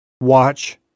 Watch